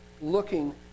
looking